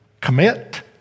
commit